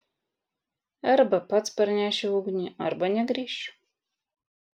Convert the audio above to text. arba pats parnešiu ugnį arba negrįšiu